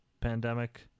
Pandemic